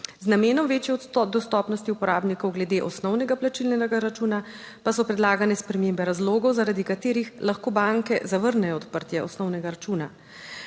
z namenom večje dostopnosti uporabnikov glede osnovnega plačilnega računa pa so predlagane spremembe razlogov, zaradi katerih lahko banke zavrnejo odprtje osnovnega računa.